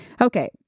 Okay